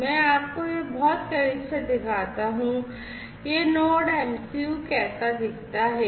में आपको यह बहुत करीब से दिखाता हूं कि यह Node MCU कैसा दिखता है